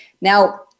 Now